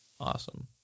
awesome